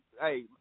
Hey